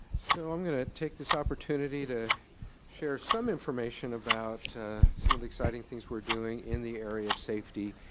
so i'm gonna take this opportunity to share some information about some of the exciting things we're doing in the area of safety.